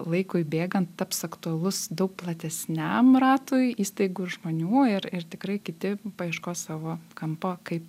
laikui bėgant taps aktualus daug platesniam ratui įstaigų ir žmonių ir tikrai kiti paieškos savo kampo kaip